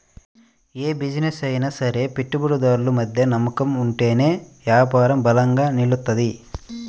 యే బిజినెస్ అయినా సరే పెట్టుబడిదారులు మధ్య నమ్మకం ఉంటేనే యాపారం బలంగా నిలుత్తది